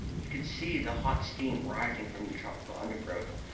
he could see the hot steam rising from the tropical undergrowth,